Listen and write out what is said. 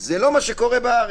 זה לא מה שקורה בארץ.